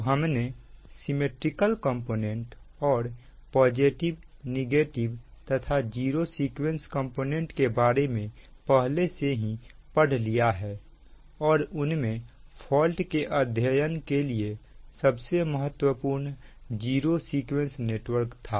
तो हमने symmetrical component और पॉजिटिव नेगेटिव तथा जीरो सीक्वेंस कंपोनेंट के बारे में पहले से ही पढ़ लिया है और उन में फॉल्ट के अध्ययन के लिए सबसे महत्वपूर्ण जीरो सीक्वेंस नेटवर्क था